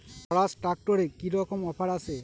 স্বরাজ ট্র্যাক্টরে কি রকম অফার আছে?